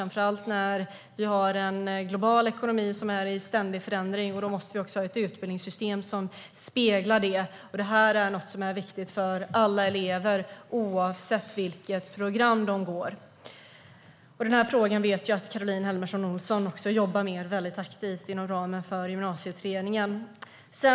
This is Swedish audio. Med en global ekonomi som är i ständig förändring måste vi också ha ett utbildningssystem som speglar det. Detta är viktigt för alla elever oavsett vilket program de går. Jag vet att Caroline Helmersson Olsson jobbar aktivt med denna fråga inom ramen för Gymnasieutredningen.